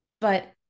but-